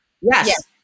yes